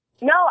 No